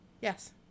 yes